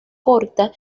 corta